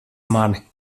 mani